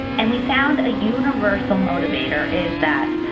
and we found a universal motivator is that